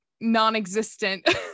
non-existent